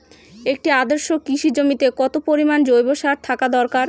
একটি আদর্শ কৃষি জমিতে কত পরিমাণ জৈব সার থাকা দরকার?